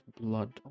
blood